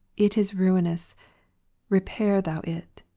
it is ruinous repair thou it.